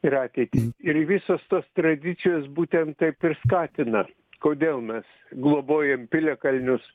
ir ateitį ir visos tos tradicijos būtent taip ir skatina kodėl mes globojam piliakalnius